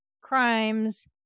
crimes